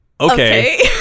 Okay